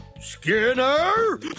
Skinner